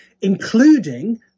including